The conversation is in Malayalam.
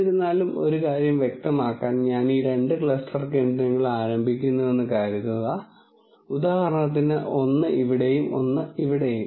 എന്നിരുന്നാലും ഈ കാര്യം വ്യക്തമാക്കാൻ ഞാൻ ഈ രണ്ട് ക്ലസ്റ്റർ കേന്ദ്രങ്ങൾ ആരംഭിക്കുന്നുവെന്ന് കരുതുക ഉദാഹരണത്തിന് ഒന്ന് ഇവിടെയും ഒന്ന് ഇവിടെയും